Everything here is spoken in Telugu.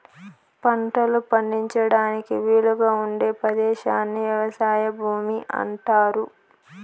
పంటలు పండించడానికి వీలుగా ఉండే పదేశాన్ని వ్యవసాయ భూమి అంటారు